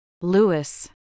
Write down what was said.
Lewis